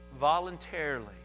voluntarily